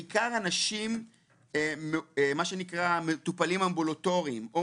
בעיקר אנשים מטופלים אמבולטוריים או